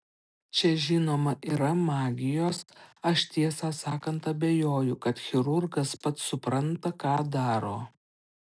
čia žinoma yra magijos aš tiesą sakant abejoju kad chirurgas pats supranta ką daro